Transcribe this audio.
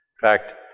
fact